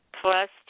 Plus